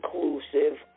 inclusive